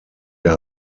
der